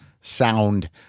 sound